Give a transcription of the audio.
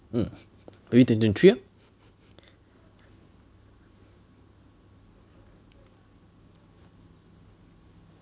twenty twenty three lor